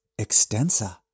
extensa